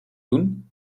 doen